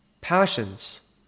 passions